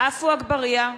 עפו אגבאריה,